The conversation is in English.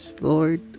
Lord